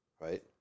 right